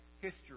history